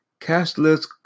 Cashless